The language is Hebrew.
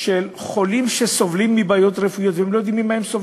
של חולים שסובלים מבעיות רפואיות שהם לא יודעים מה הן.